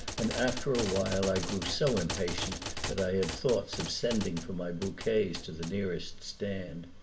and after a while i grew so impatient that i had thoughts of sending for my bouquets to the nearest stand.